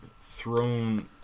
thrown